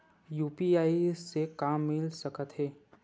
UPI से का मिल सकत हे?